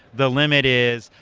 the limit is,